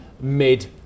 mid